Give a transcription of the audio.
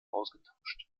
ausgetauscht